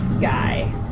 guy